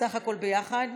סך הכול, ביחד?